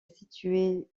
située